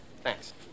Thanks